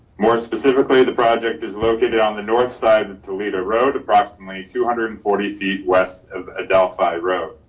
more specifically, the project is located on the north side of toledo road, approximately two hundred and forty feet west of ah delphi road.